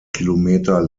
kilometer